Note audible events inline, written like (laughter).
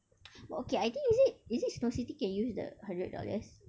(noise) !whoa! okay I think is it is it Snow City can use the hundred dollars